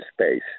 space